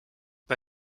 bei